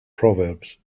proverbs